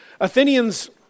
Athenians